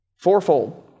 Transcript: fourfold